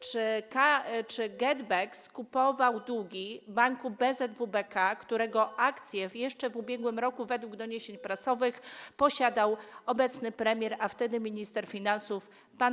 Czy GetBack skupował długi banku BZ WBK, którego akcje jeszcze w ubiegłym roku według doniesień prasowych posiadał obecny premier, a wtedy minister finansów pan